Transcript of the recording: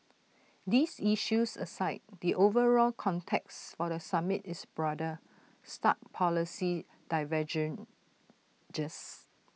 these issues aside the overall context for the summit is broader stark policy divergences